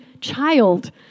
child